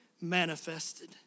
manifested